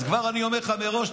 אז כבר אני אומר לך מראש,